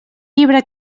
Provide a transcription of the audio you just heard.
llibre